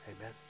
Amen